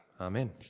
Amen